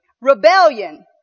rebellion